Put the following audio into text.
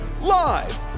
live